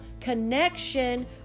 connection